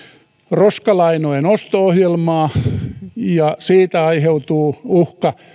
roskalainojen osto ohjelmaa ja siitä aiheutuu uhka